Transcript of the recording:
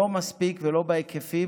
לא מספיק ולא בהיקפים,